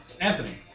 Anthony